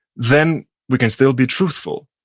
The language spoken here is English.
then we can still be truthful.